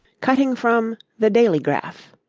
cutting from the dailygraph,